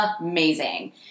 amazing